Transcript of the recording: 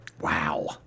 Wow